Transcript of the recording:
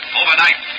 overnight